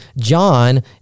John